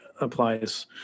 applies